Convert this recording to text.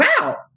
wow